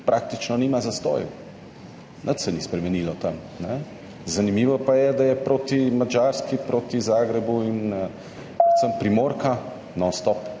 praktično nimata zastojev. Nič se ni spremenilo tam. Zanimivo pa je, da je proti Madžarski, proti Zagrebu in predvsem primorka nonstop